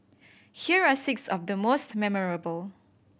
here are six of the most memorable